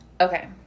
Okay